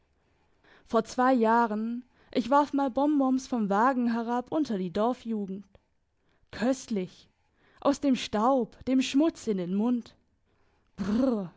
vor zwei jahren ich warf mal bonbons vom wagen herab unter die dorfjugend köstlich aus dem staub dem schmutz in den mund